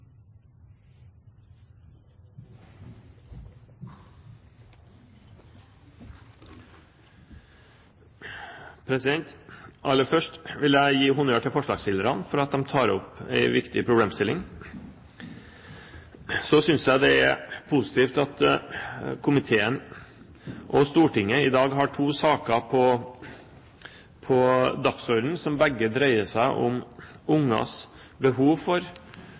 samfunnet. Aller først vil jeg gi honnør til forslagsstillerne for at de tar opp en viktig problemstilling. Så synes jeg det er positivt at komiteen og Stortinget i dag har to saker på dagsordenen som begge dreier seg om barns behov for